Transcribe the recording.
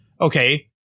Okay